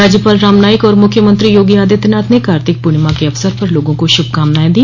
राज्यपाल राम नाईक और मुख्यामंत्री योगी आदित्यनाथ ने कार्तिक पूर्णिमा के अवसर पर लोगों को शुभकामनाएं दी